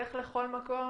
לך לכל מקום,